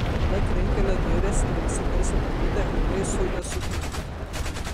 tada trinkteli durys ir visi tarsi pabudę ūmai sujuda sukruta